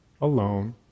alone